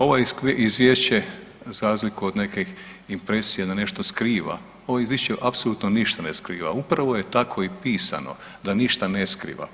Ovo izvješće za razliku od nekih impresija da nešto skriva, ovo izvješće apsolutno ništa ne skriva, upravo je tako i pisano, da ništa ne skriva.